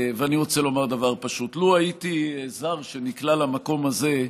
אני רוצה לומר דבר פשוט: לו הייתי זר שנקלע למקום הזה,